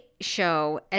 show